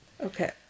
Okay